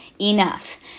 enough